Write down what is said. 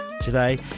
today